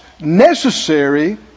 necessary